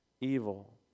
evil